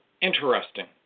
interesting